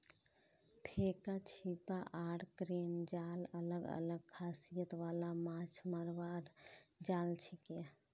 फेका छीपा आर क्रेन जाल अलग अलग खासियत वाला माछ मरवार जाल छिके